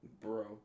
Bro